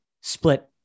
split